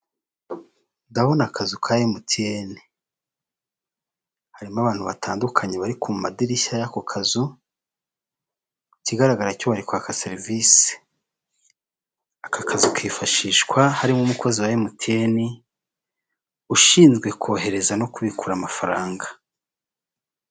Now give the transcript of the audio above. Ibiti byiza bizana akayaga ndetse n'amahumbezi akazura abantu bicaramo bategereje imodoka ndetse n'imodoka y'ivaturi, umumotari ndetse n'indi modoka ibari imbere itwara imizigo.